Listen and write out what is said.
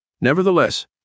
Nevertheless